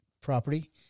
property